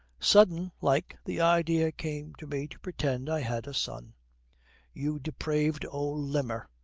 sudden like the idea came to me to pretend i had a son you depraved old limmer!